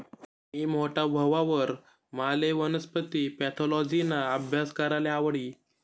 मी मोठा व्हवावर माले वनस्पती पॅथॉलॉजिना आभ्यास कराले आवडी